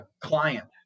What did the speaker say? client